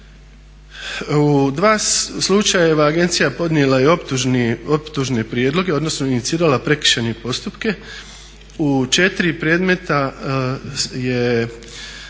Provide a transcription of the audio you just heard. U dva slučajeva je agencija podnijela i optužne prijedloge, odnosno inicirala prekršajne postupke. U četiri predmeta je